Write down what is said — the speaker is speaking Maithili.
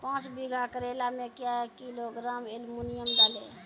पाँच बीघा करेला मे क्या किलोग्राम एलमुनियम डालें?